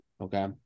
Okay